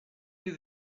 you